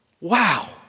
Wow